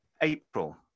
april